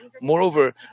Moreover